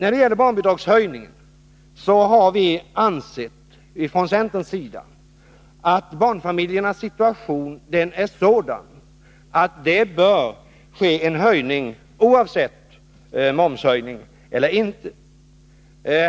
Beträffande barnbidragshöjningen har vi från centerns sida ansett att barnfamiljernas situation är sådan att det bör ske en höjning oavsett om momshöjningen blir av eller inte.